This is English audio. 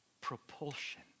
propulsion